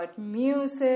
music